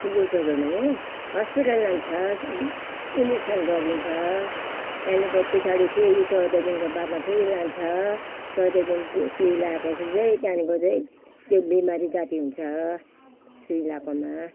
कुकुरले टोक्यो भने हस्पिटल लान्छस् इन्जेक्सन गरिदिन्छ त्यहाँदेखिको पछाडि फेरि त्यो दस दिनको बादमा फेरि लान्छ तर त्यो दिन सुई लगाए पछि चाहिँ त्यहाँको चाहिँ त्यो बिमारी जाती हुन्छ सुई लगाएकोमा